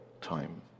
time